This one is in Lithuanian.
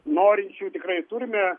norinčių tikrai turime